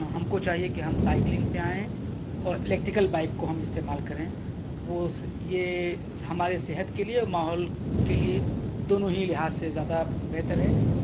ہم کو چاہیے کہ ہم سائکلنگ پہ آئیں اور الیکٹریکل بائک کو ہم استعمال کریں وہ یہ ہمارے صحت کے لیے اور ماحول کے لیے دونوں ہی لحاظ سے زیادہ بہتر ہے